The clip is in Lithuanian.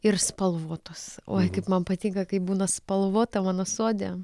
ir spalvotos oi kaip man patinka kai būna spalvota mano sode